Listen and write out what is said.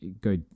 go